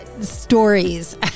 stories